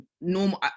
normal